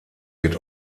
wird